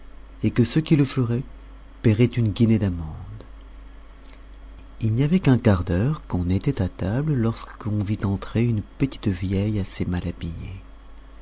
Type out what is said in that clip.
et que ceux qui le feraient payeraient une guinée d'amende il n'y avait qu'un quart d'heure qu'on était à table lorsqu'on vit entrer une petite vieille assez mal habillée